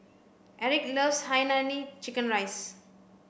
erick loves hainanese chicken rice